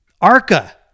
ARCA